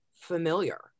familiar